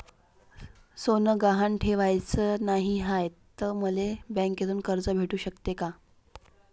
सोनं गहान ठेवाच नाही हाय, त मले बँकेतून कर्ज भेटू शकते का?